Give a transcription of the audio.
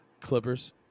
Clippers